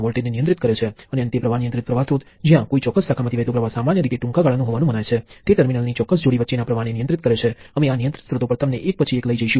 મેં કહ્યું તેમ આપણે નિયંત્રિત કરેલા બધા સ્રોત રેખીય હશે